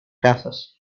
casas